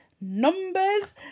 numbers